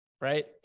right